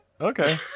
Okay